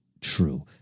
true